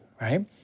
right